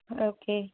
okay